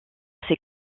ses